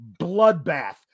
bloodbath